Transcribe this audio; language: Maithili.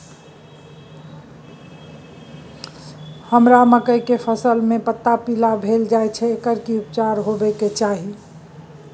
हमरा मकई के फसल में पता पीला भेल जाय छै एकर की उपचार होबय के चाही?